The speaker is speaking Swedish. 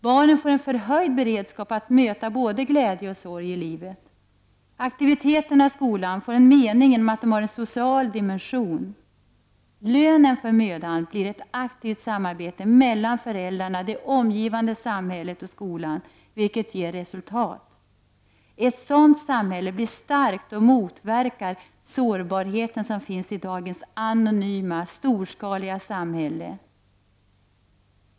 Barnen får en förhöjd beredskap att möta både glädje och sorg i livet. Aktiviteterna i skolan får en mening genom att de har en social dimension. Lönen för mödan blir ett aktivt samarbete mellan föräldrarna, det omgivande samhället och skolan, vilket ger resultat! Ett sådant samhälle blir starkt och motverkar sårbarheten som finns i dagens anonyma, storskaliga samhälle.